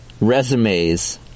resumes